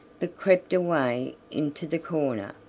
but crept away into the corner.